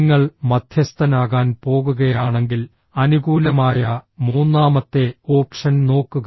നിങ്ങൾ മധ്യസ്ഥനാകാൻ പോകുകയാണെങ്കിൽ അനുകൂലമായ മൂന്നാമത്തെ ഓപ്ഷൻ നോക്കുക